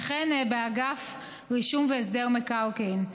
וכן באגף רישום והסדר מקרקעין.